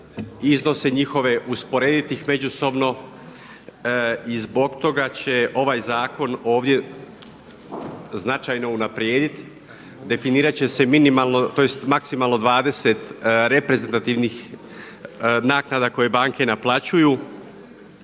iznose njihove usporediti ih međusobno i zbog toga će ovaj zakon ovdje značajno unaprijediti, definirat će se minimalno tj. maksimalno 20 reprezentativnih naknada koje banke naplaćuju.